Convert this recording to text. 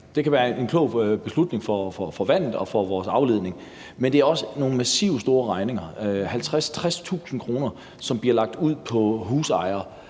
det kan være en klog beslutning for vandet og for afledningen, men det er også nogle massivt store regninger – 50.000-60.000 kr. – som bliver påført husejere,